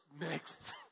next